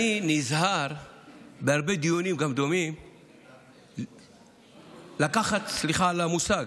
אני נזהר בהרבה דיונים דומים לקחת, סליחה על המושג